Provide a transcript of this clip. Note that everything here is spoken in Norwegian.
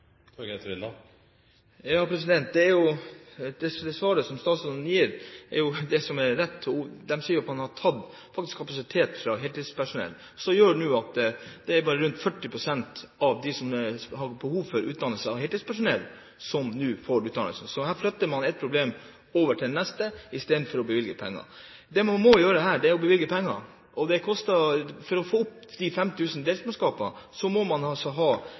Det svaret statsråden gir, er jo det som er rett: Hun sier at man faktisk har tatt kapasitet fra heltidspersonell, som nå gjør at det bare er rundt 40 pst. av heltidspersonell som har behov for utdannelse, som får det. Så her flytter man et problem istedenfor å bevilge penger. Det man må gjøre her, er å bevilge penger. For å få utdannet de 5 000 deltidsmannskapene må man altså ha